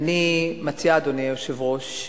אני מציעה, אדוני היושב-ראש,